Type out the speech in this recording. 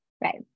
Right